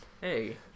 hey